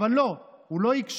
אבל לא, הוא לא הקשיב.